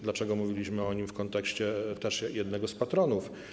Dlaczego mówiliśmy o nim w kontekście jednego z patronów?